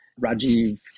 Rajiv